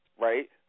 Right